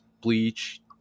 bleach